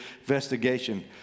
investigation